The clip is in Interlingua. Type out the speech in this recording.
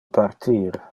partir